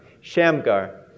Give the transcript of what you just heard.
Shamgar